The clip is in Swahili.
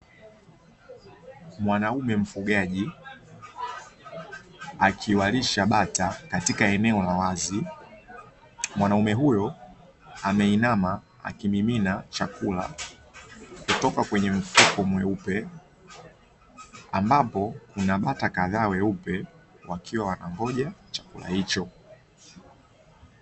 Mwanaume mfugaji akiwalisha bata katika eneo la wazi. Mwanaume huyo ameinama akimimina chakula kutoka kwenye mfuko mweupe, ambapo kuna bata kadhaa weupe wakiwa wanangoja chakula hicho.